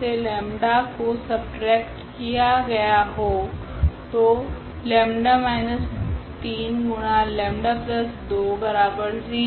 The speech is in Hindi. से लेम्डा 𝜆 को सबट्रेक्ट किया गया हो तो ⟹𝜆−3𝜆20⟹𝜆13 𝜆2−2